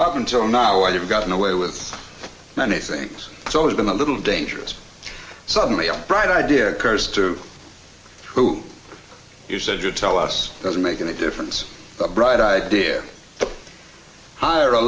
up until now i have gotten away with many things it's always been a little dangerous suddenly a bright idea occurs to who you said you'd tell us doesn't make any difference the bright idea to hire a